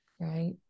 right